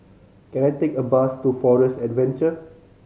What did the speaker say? can I take a bus to Forest Adventure